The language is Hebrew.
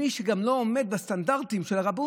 מי שלא עומד בסטנדרטים של הרבנות,